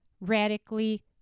radically